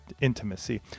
intimacy